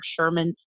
Sherman